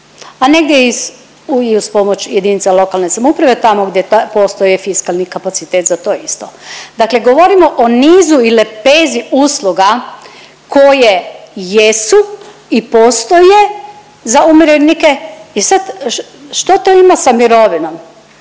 a negdje i uz pomoć jedinica lokalne samouprave tamo gdje postoje fiskalni kapacitet za to isto. Dakle govorimo o nizu i lepezi usluga koje jesu i postoje za umirovljenike i sad što to ima sa mirovinom.